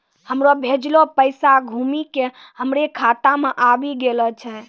हमरो भेजलो पैसा घुमि के हमरे खाता मे आबि गेलो छै